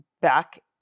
back